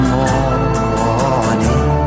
morning